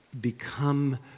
become